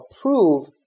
approve